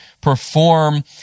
perform